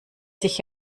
sich